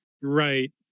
Right